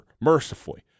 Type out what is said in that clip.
mercifully